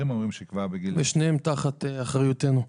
ושניהם תחת אחריותנו.